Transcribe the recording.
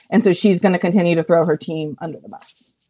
and so she's going to continue to throw her team under the bus.